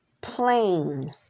plain